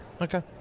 Okay